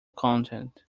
content